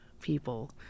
people